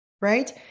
right